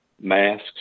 masks